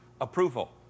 approval